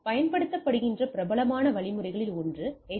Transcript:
பயன்படுத்தப்படுகின்ற பிரபலமான வழிமுறைகளில் ஒன்று எஸ்